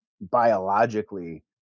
biologically